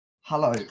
Hello